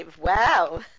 wow